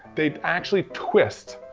they actually twist,